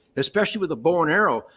especially with a bow and arrow,